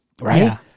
Right